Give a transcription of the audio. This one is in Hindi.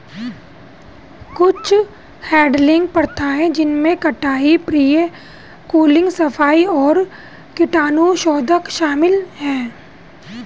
कुछ हैडलिंग प्रथाएं जिनमें कटाई, प्री कूलिंग, सफाई और कीटाणुशोधन शामिल है